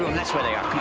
that's where they